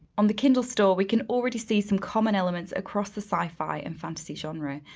on the kindle store, we can already see some common elements across the sci-fi and fantasy genre.